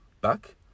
back